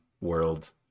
world